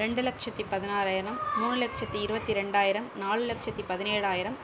ரெண்டு லட்சத்து பதினாறாயிரம் மூணு லட்சத்து இருபத்தி ரெண்டாயிரம் நாலு லட்சத்து பதினேழாயிரம்